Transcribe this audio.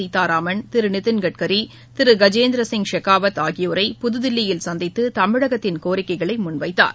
சீதாராமன் திரு நிதின் கட்கரி திரு கஜேந்திர சிங் ஷெகாவத் ஆகியோரை புதுதில்லியில் சந்தித்து தமிழகத்தின் கோரிக்கைகளை முன்வைத்தார்